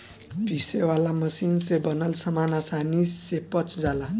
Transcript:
पीसे वाला मशीन से बनल सामान आसानी से पच जाला